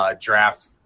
Draft